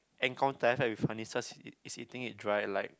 encounter he's eating it dry like